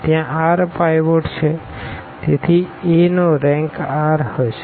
ત્યાં r pivot છે તેથીa નો રેંક r હશે